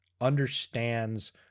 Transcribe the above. understands